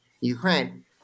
Ukraine